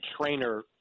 trainer